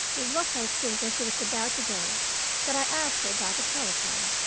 it was, i think, when she was about to go that i asked her about the telephone.